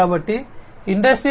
కాబట్టి ఇండస్ట్రీ 4